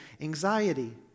anxiety